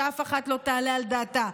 שאף אחת לא תעלה על דעתה,